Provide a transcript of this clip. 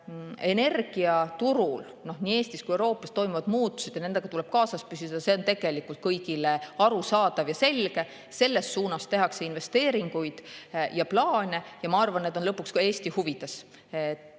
energiaturul nii Eestis kui ka Euroopas toimuvad muutused ja nendega tuleb kaasas [käia], on kõigile arusaadav ja selge. Selles suunas tehakse investeeringuid ja plaane. Ma arvan, et on lõpuks ka Eesti huvides,